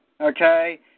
okay